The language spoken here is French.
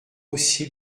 aussi